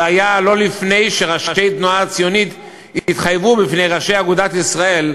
זה היה לא לפני שראשי התנועה הציונית התחייבו בפני ראשי אגודת ישראל,